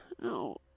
no